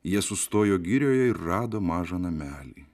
jie sustojo girioje ir rado mažą namelį